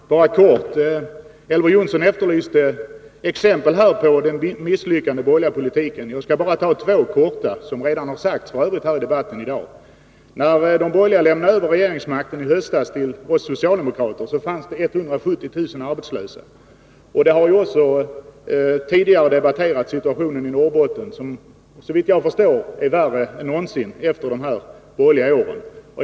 Fru talman! Bara kort: Elver Jonsson efterlyste exempel på den misslyckade borgerliga politiken. Jag skall bara ge två exempel, som f. ö. redan har nämnts i debatten här i dag. När de borgerliga i höstas lämnade över regeringsmakten till oss socialdemokrater fanns det 170 000 arbetslösa. Tidigare har man också debatterat situationen i Norrbotten, som, såvitt jag förstår, är värre än någonsin efter dessa borgerliga år.